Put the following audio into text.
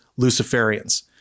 Luciferians